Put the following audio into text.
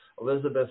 Elizabeth